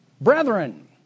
brethren